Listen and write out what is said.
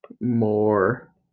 More